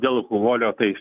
dėl alkoholio tai